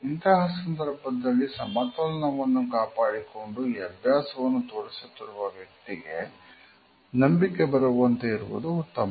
ಇಂತಹ ಸಂದರ್ಭದಲ್ಲಿ ಸಮತೋಲನವನ್ನು ಕಾಪಾಡಿಕೊಂಡು ಈ ಅಭ್ಯಾಸವನ್ನು ತೋರಿಸುತ್ತಿರುವ ವ್ಯಕ್ತಿಗೆ ನಂಬಿಕೆ ಬರುವಂತೆ ಇರುವುದು ಉತ್ತಮ